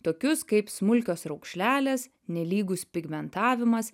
tokius kaip smulkios raukšlelės nelygus pigmentavimas